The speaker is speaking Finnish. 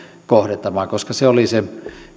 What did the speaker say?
kohdentamaan koska se oli se